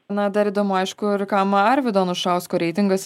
na dar įdomu aišku ir kam arvydo anušausko reitingas